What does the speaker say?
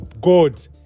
God